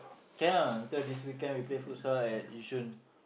can ah later this weekend we play futsal at Yishun